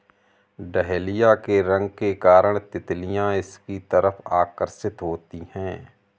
dahlia के रंग के कारण तितलियां इसकी तरफ आकर्षित होती हैं